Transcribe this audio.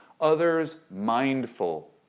others-mindful